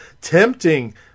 tempting